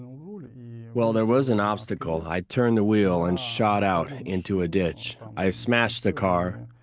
well, there was an obstacle, i turned the wheel and shot out into a ditch, i smashed the car.